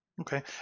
Okay